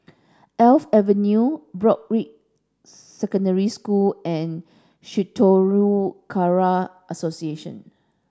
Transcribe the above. Alps Avenue Broadrick Secondary School and Shitoryu Karate Association